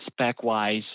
spec-wise